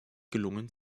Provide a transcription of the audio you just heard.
gelungen